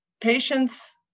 patients